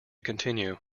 continue